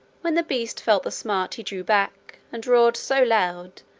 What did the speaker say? when the beast felt the smart, he drew back, and roared so loud,